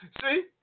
See